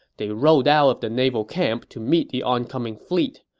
they rowed out of the naval camp to meet the oncoming fleet.